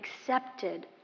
accepted